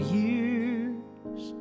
years